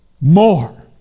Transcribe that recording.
more